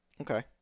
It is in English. Okay